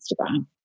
Instagram